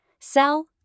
sell